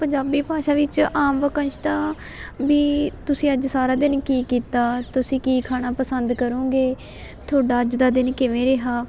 ਪੰਜਾਬੀ ਭਾਸ਼ਾ ਵਿੱਚ ਆਮ ਵਾਕੰਸ਼ ਤਾਂ ਵੀ ਤੁਸੀਂ ਅੱਜ ਸਾਰਾ ਦਿਨ ਕੀ ਕੀਤਾ ਤੁਸੀਂ ਕੀ ਖਾਣਾ ਪਸੰਦ ਕਰੋਂਗੇ ਤੁਹਾਡਾ ਅੱਜ ਦਾ ਦਿਨ ਕਿਵੇਂ ਰਿਹਾ